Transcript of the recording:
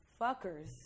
fuckers